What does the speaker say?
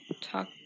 talk